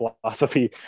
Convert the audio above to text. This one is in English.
philosophy